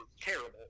terrible